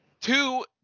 two